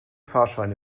fahrscheine